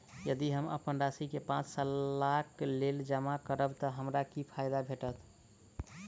यदि हम अप्पन राशि केँ पांच सालक लेल जमा करब तऽ हमरा की फायदा भेटत?